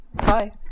Hi